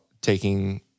taking